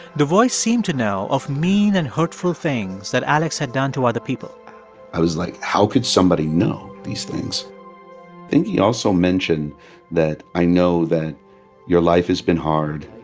the voice seemed to know of mean and hurtful things that alex had done to other people i was like, how could somebody know these things? i think he also mentioned that i know that your life has been hard.